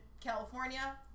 California